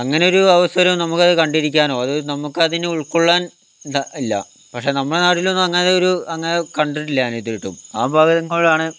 അങ്ങനെയൊരു അവസരം നമുക്കത് കണ്ടിരിക്കാനോ അത് നമുക്കതിനെ ഉൾക്കൊള്ളാൻ ന്ത ഇല്ല പക്ഷേ നമ്മുടെ നാട്ടിലൊന്നും വന്നാലൊരു അങ്ങനയൊരു കണ്ടിട്ടില്ല ഞാൻ ഇതുവരെയായിട്ട് ആ ഭാഗങ്ങളിലാണ്